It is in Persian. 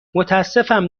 متاسفم